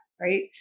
right